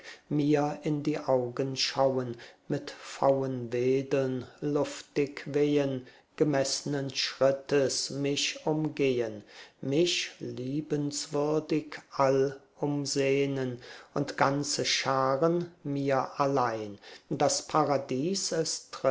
mir in die augen schauen mit pfauenwedeln luftig wehen gemeßnen schrittes mich umgehen mich liebenswürdig all umsehnen und ganze scharen mir allein das paradies